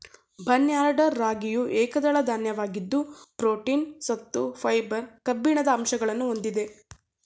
barnyard ರಾಗಿಯು ಏಕದಳ ಧಾನ್ಯವಾಗಿದ್ದು ಪ್ರೋಟೀನ್, ಸತ್ತು, ಫೈಬರ್, ಕಬ್ಬಿಣದ ಅಂಶಗಳನ್ನು ಹೊಂದಿದೆ